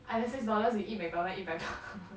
I have six dollars you eat McDonald's eat better